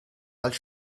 als